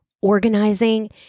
organizing